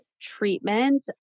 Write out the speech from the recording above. treatment